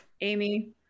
Amy